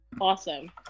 awesome